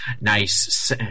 nice